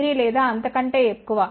30 లేదా అంతకంటే ఎక్కువ